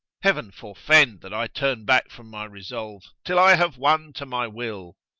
heaven forefend that i turn back from my resolve, till i have won to my will!